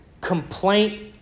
complaint